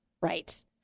Right